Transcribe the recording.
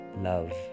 love